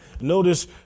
notice